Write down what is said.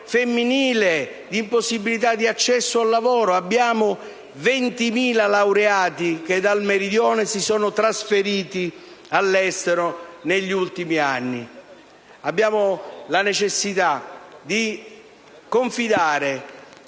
femminile, di impossibilità di accesso al lavoro. Abbiamo 20.000 laureati che dal Meridione si sono trasferiti all'estero negli ultimi anni. Abbiamo la necessità di confidare